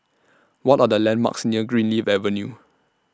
What Are The landmarks near Greenleaf Avenue